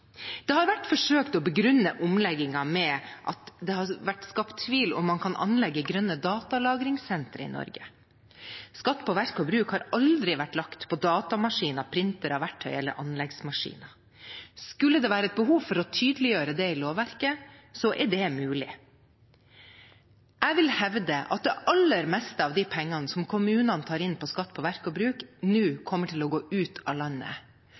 Det har vært forsøk på å begrunne omleggingen med at det har vært skapt tvil om man kan anlegge grønne datalagringssentre i Norge. Skatt på verk og bruk har aldri vært lagt på datamaskiner, printere, verktøy eller anleggsmaskiner. Skulle det være et behov for å tydeliggjøre dette i lovverket, er det mulig. Jeg vil hevde at det aller meste av pengene som kommunene tar inn som skatt på verk og bruk, nå kommer til å gå ut av landet.